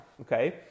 okay